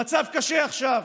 המצב קשה עכשיו,